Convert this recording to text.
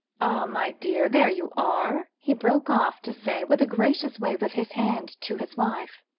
my dear, there you are, he broke off to say, with a gracious wave of his hand to his wife.